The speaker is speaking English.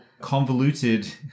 convoluted